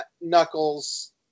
Knuckles